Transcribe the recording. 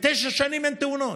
ותשע שנים אין תאונות.